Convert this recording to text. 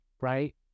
Right